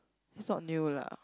that's not new lah